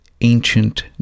ancient